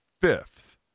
fifth